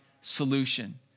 solution